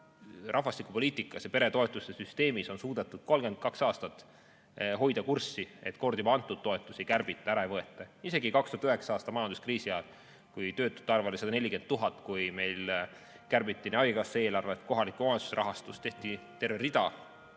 rahvastikupoliitikas ja peretoetuste süsteemis on suudetud 32 aastat hoida kurssi, et kord juba antud toetusi ei kärbita, ära ei võeta. Isegi 2009. aasta majanduskriisi ajal, kui töötute arv oli 140 000, kui meil kärbiti haigekassa eelarvet, kohalike omavalitsuste rahastust, tehti terve rida